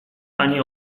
ani